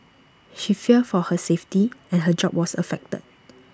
she feared for her safety and her job was affected